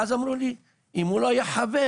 אמרו לי: אם הוא לא חבר,